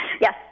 Yes